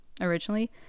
originally